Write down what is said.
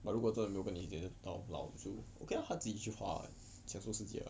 but 如果真的没有跟你姐姐到老就 okay lah 他自己去花 what 享受世界